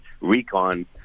recon